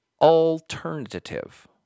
alternative